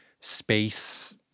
space